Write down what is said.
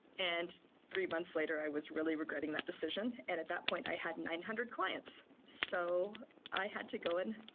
and three months later, i was really regretting that decision. and at that point, i had nine hundred clients. so i had to go in,